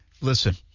Listen